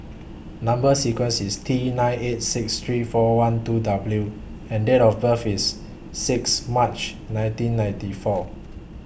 Number sequence IS T nine eight six three four one two W and Date of birth IS six March nineteen ninety four